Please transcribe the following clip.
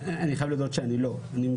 אני חייב להודות שאני לא.